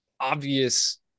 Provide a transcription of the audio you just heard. obvious